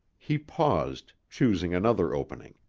he paused, choosing another opening.